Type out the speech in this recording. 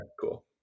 cool